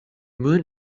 moon